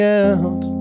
out